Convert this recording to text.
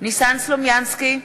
ניסן סלומינסקי,